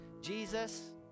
Jesus